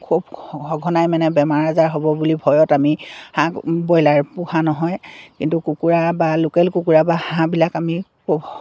খুব সঘনাই মানে বেমাৰ আজাৰ হ'ব বুলি ভয়ত আমি হাঁহ ব্ৰইলাৰ পোহা নহয় কিন্তু কুকুৰা বা লোকেল কুকুৰা বা হাঁহবিলাক আমি খুব